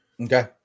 Okay